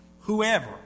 whoever